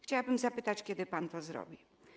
Chciałabym zapytać, kiedy pan to zrobi.